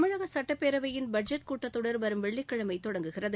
தமிழக சட்டப்பேரவையின் பட்ஜெட் கூட்டத்தொடர் வரும் வெள்ளிக்கிழமை தொடங்குகிறது